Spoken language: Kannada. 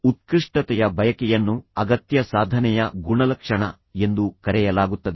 ಉತ್ಕೃಷ್ಟತೆಯ ಬಯಕೆಯನ್ನು ಅಗತ್ಯ ಸಾಧನೆಯ ಗುಣಲಕ್ಷಣ ಎಂದು ಕರೆಯಲಾಗುತ್ತದೆ